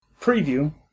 preview